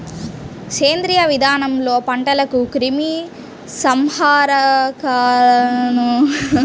సేంద్రీయ విధానంలో పంటలకు క్రిమి సంహారకాలను ఉపయోగించరు